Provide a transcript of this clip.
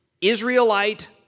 Israelite